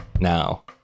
Now